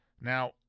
now